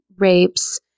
Rapes